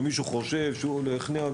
אם מישהו חושב שהוא יכניע,